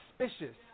suspicious